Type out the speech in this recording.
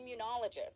immunologist